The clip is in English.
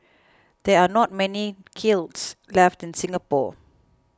there are not many kilns left in Singapore